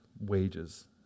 wages